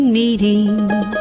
meetings